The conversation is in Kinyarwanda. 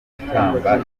ikamba